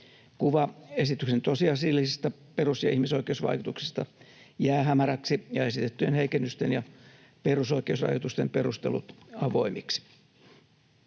Kuva esityksen tosiasiallisista perus- ja ihmisoikeusvaikutuksista jää hämäräksi ja esitettyjen heikennysten ja perusoikeusrajoitusten perustelut avoimiksi.